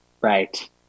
Right